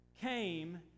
came